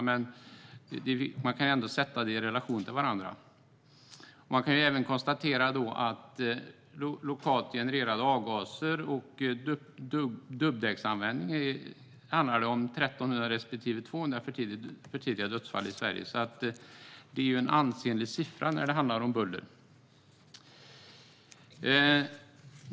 Men man kan ändå sätta dessa siffror i relation till varandra. Man kan även konstatera att det för lokalt genererade avgaser och dubbdäcksanvändning handlar om 1 300 respektive 200 för tidiga dödsfall i Sverige. Det är ansenliga siffror.